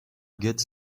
good